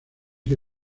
que